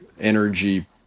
energy